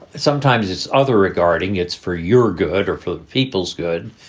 sometimes it's other regarding it's for your good or for people's good.